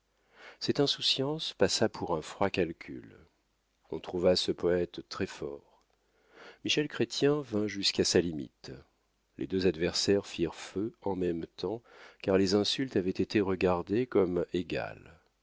cette insouciance passa pour un froid calcul on trouva ce poète très-fort michel chrestien vint jusqu'à sa limite les deux adversaires firent feu en même temps car les insultes avaient été regardées comme égales